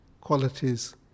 qualities